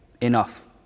enough